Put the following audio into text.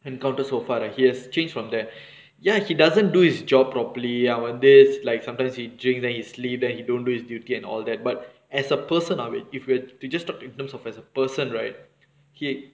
encounter so far right he has changed from there ya he doesn't do his job properly ya one days like sometimes he drink then he sleeps then he don't do his duty and all that but as a person of it if you were to just talk to in terms of as a person right he